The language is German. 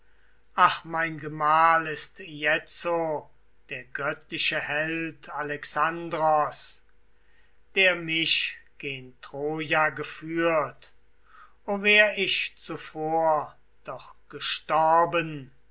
ach mein gemahl ist jetzo der göttliche held alexandros der mich gen troja geführt o wär ich zuvor doch gestorben